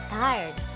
tired